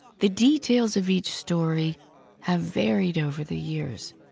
the details of each story have varied over the years,